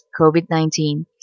COVID-19